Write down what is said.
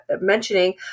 mentioning